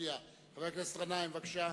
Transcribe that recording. חבר הכנסת גנאים, בבקשה.